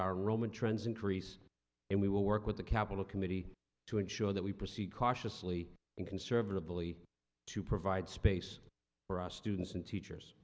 increase and we will work with the capital committee to ensure that we proceed cautiously conservatively to provide space for our students and teachers